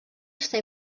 està